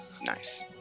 Nice